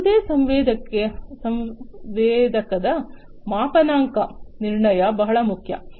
ಯಾವುದೇ ಸಂವೇದಕದ ಮಾಪನಾಂಕ ನಿರ್ಣಯ ಬಹಳ ಮುಖ್ಯ